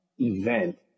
event